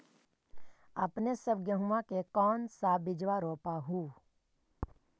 अपने सब गेहुमा के कौन सा बिजबा रोप हू?